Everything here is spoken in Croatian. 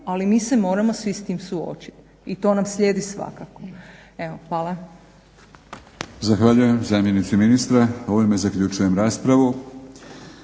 ali mi se moramo svi s tim suočiti. I to nam slijedi svakako. Evo, hvala. **Batinić, Milorad (HNS)** Zahvaljujem zamjenici ministra. Ovime zaključujem raspravu.